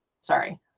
sorry